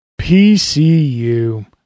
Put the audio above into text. PCU